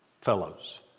fellows